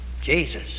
Jesus